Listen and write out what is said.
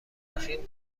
ضخیم